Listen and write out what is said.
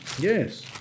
Yes